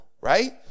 Right